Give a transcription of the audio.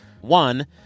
One